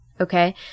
Okay